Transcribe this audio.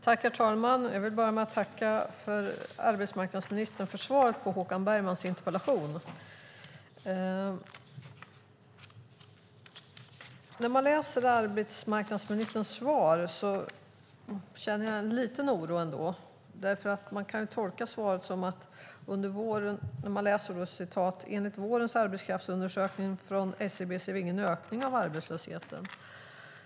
Herr talman! Jag vill börja med att tacka arbetsmarknadsministern för svaret på Håkan Bergmans interpellation. När jag läser arbetsmarknadsministerns svar känner jag en liten oro. Jag kan läsa: "Enligt vårens arbetskraftsundersökningar från SCB ser vi ingen ökning av arbetslösheten."